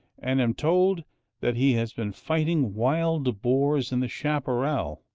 and am told that he has been fighting wild boars in the chaparral,